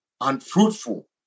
unfruitful